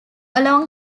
along